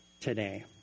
today